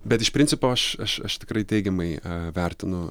bet iš principo aš aš aš tikrai teigiamai vertinu